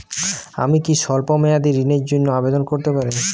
আমি কি স্বল্প মেয়াদি ঋণের জন্যে আবেদন করতে পারি?